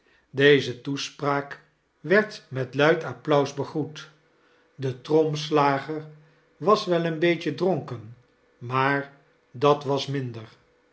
deze toespraak werd met luid applaus begroet de tromslager was wel een beetje dronken maar dat was minder